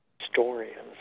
historians